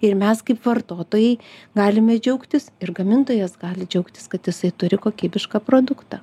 ir mes kaip vartotojai galime džiaugtis ir gamintojas gali džiaugtis kad jisai turi kokybišką produktą